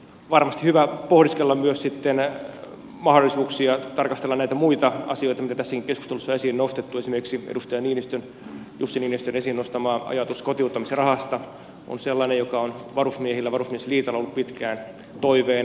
varmasti on hyvä pohdiskella myös mahdollisuuksia tarkastella muita asioita joita tässäkin keskustelussa on esiin nostettu esimerkiksi edustaja jussi niinistön esiin nostama ajatus kotiuttamisrahasta on sellainen joka on ollut varusmiehillä ja varusmiesliitolla pitkään toiveena